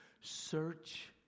Search